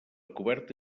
coberta